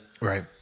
Right